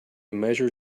measure